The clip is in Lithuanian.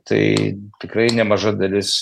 tai tikrai nemaža dalis